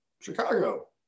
Chicago